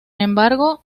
embargo